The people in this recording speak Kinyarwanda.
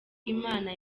imana